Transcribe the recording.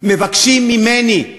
מבקשים ממני.